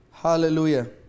Hallelujah